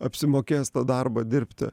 apsimokės tą darbą dirbti